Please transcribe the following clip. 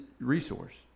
resource